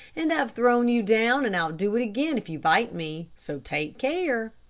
and i've thrown you down and i'll do it again if you bite me, so take care.